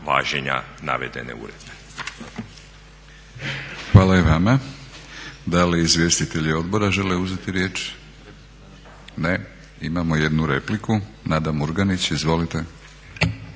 važenja navedene uredbe.